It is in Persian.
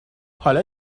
حالا